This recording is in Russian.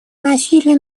насилия